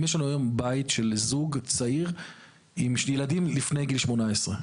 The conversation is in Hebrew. אם יש לנו היום בית של זוג צעיר עם ילדים לפני גיל 18,